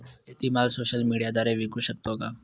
शेतीमाल सोशल मीडियाद्वारे विकू शकतो का?